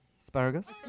Asparagus